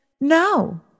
no